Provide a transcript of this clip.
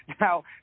Now